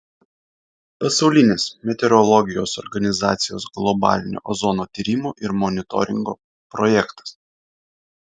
pasaulinės meteorologijos organizacijos globalinio ozono tyrimo ir monitoringo projektas